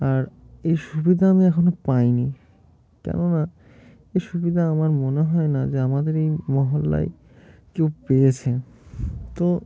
আর এই সুবিধা আমি এখনও পাইনি কেননা এই সুবিধা আমার মনে হয় না যে আমাদের এই মহল্লায় কেউ পেয়েছে তো